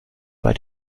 bei